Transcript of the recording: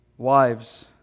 Wives